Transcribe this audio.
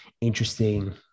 interesting